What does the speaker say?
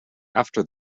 after